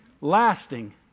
lasting